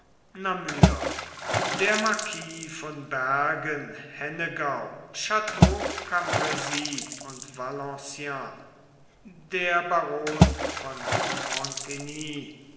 der marquis von bergen hennegau chateau cambresis und valenciennes der baron von